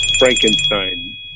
Frankenstein